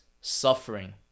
suffering